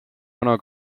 vana